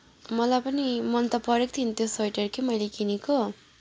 मलाई पनि मन त परेको थियो नि त्यो स्वेटर के मैले किनेको